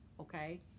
okay